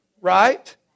right